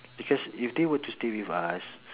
because if they were to stay with us